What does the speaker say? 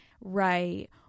right